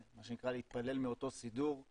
מה שנקרא להתפלל מאותו סידור,